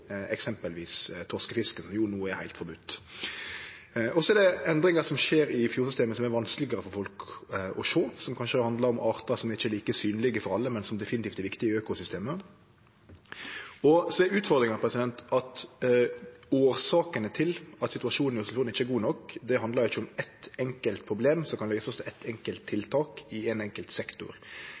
eksempelvis torskefisket, som no er heilt forbode. Så er det endringar som skjer i fjordsystemet som er vanskelegare for folk å sjå, som kanskje handlar om artar som ikkje er like synlege for alle, men som definitivt er viktige i økosystemet. Utfordringa er at årsaka til at situasjonen i Oslofjorden ikkje er god nok, ikkje ligg i eitt enkelt problem som kan løysast ved eitt enkelt tiltak i ein enkelt sektor.